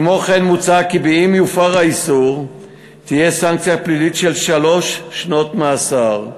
כמו כן מוצע כי אם יופר האיסור תהיה סנקציה פלילית של שלוש שנות מאסר,